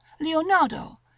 Leonardo